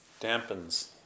Dampens